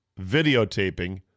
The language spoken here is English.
videotaping